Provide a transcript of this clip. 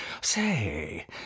Say